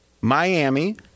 Miami